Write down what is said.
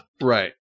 Right